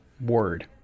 Word